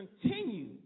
continue